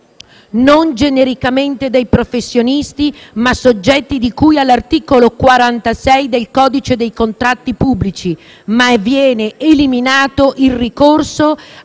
non genericamente dei professionisti, ma soggetti di cui all'articolo 46 del codice dei contratti pubblici), ma viene eliminato il ricorso